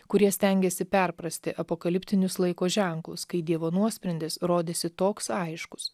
kurie stengėsi perprasti apokaliptinius laiko ženklus kai dievo nuosprendis rodėsi toks aiškus